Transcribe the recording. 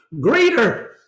greater